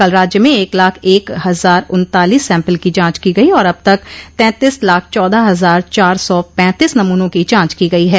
कल राज्य में एक लाख एक हजार उन्तालीस सम्पल की जांच की गई और अब तक तैंतीस लाख चौदह हजार चार सौ पैंतीस नमूनों की जांच की गई है